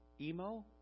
emo